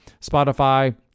Spotify